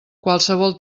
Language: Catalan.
qualsevol